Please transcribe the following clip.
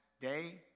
day